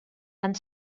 and